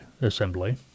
assembly